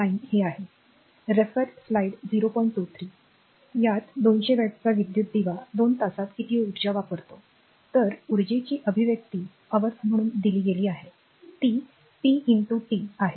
9 हे आहे की 200 वॅटचा विद्युत दिवा 2 तासात किती ऊर्जा वापरतो तर उर्जेची अभिव्यक्ती r म्हणून दिली गेली की ती p t 3 आहे